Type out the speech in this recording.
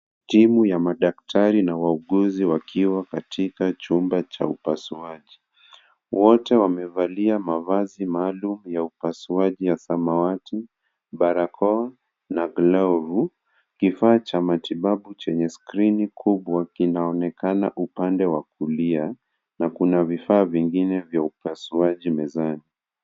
Timu ya madaktari na wauguzi wakiwa katika chumba cha upasuaji. Wote wamevalia mavazi maalum ya upasuaji ya samawati, barakoa na glovu. Kifaa cha matibabu chenye skrini kubwa kinaonekana upande wa kulia na kuna vifaa vingine vya upasuaji mezani.